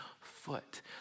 foot